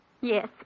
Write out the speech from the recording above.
Yes